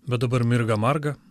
bet dabar mirga marga